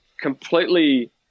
completely